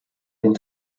den